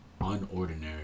Unordinary